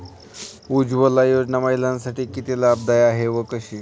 उज्ज्वला योजना महिलांसाठी किती लाभदायी आहे व कशी?